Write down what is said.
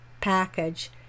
package